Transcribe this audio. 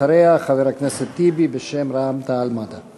אחריה חבר הכנסת טיבי בשם רע"ם-תע"ל-מד"ע.